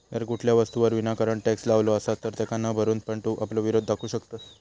जर कुठल्या वस्तूवर विनाकारण टॅक्स लावलो असात तर तेका न भरून पण तू आपलो विरोध दाखवू शकतंस